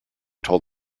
told